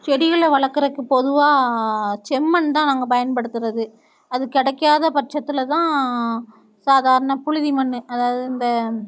செடிகளை வளர்க்கறக்கு பொதுவாக செம்மண் தான் நாங்கள் பயன்படுத்துகிறது அது கிடைக்காத பட்சத்தில் தான் சாதாரண புழுதி மண் அதாவது இந்த